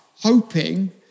hoping